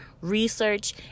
Research